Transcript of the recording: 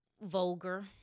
vulgar